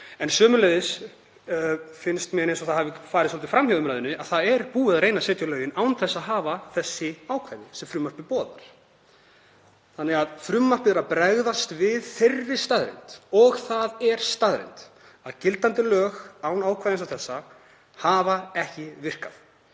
En sömuleiðis finnst mér eins og það hafi farið svolítið fram hjá umræðunni að búið er að reyna að setja lögin án þess að hafa þau ákvæði sem frumvarpið boðar. Þannig að frumvarpið er að bregðast við þeirri staðreynd, og það er staðreynd, að gildandi lög án ákvæða eins og þessara hafa ekki virkað.